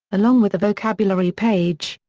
along with a vocabulary page,